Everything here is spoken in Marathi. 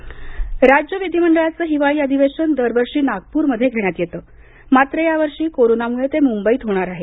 हिवाळी अधिवेशन राज्य विधिमंडळाचं हिवाळी अधिवेशन दरवर्षी नागप्रमध्ये घेण्यात येतं मात्र या वर्षी कोरोना मुळे ते मुंबईत होणार आहे